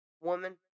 woman